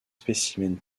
spécimens